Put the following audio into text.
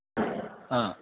हा